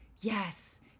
Yes